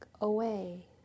away